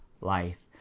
life